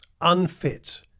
unfit